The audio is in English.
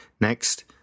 Next